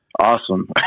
awesome